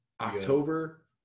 october